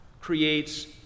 creates